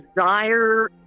desire